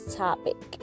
topic